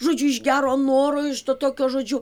žodžiu iš gero noro iš to tokio žodžiu